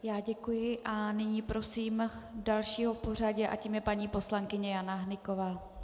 Já děkuji a nyní prosím dalšího v pořadí a tím je paní poslankyně Jana Hnyková.